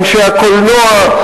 אנשי הקולנוע,